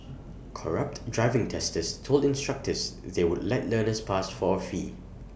corrupt driving testers told instructors they would let learners pass for A fee